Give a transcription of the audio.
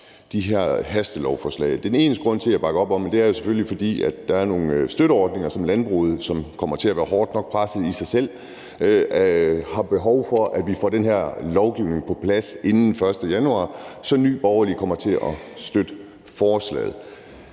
de her hastelovforslag. Den eneste grund til, at jeg bakker op om det, er selvfølgelig, at der er nogle støtteordninger, som landbruget, der er i sig selv er hårdt nok presset, har behov for at vi får lovgivning på plads om inden den 1. januar 2023. Så Nye Borgerlige kommer til at støtte forslaget.